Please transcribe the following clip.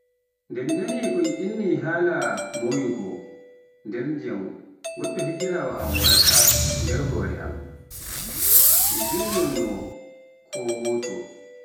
Nde mi naani un inni haala mayugo nder ndiyam goɗɗo higiraawo am waraata nder hoore am, min njanngunoo ko gooto,